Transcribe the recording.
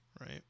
right